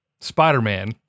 Spider-Man